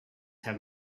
have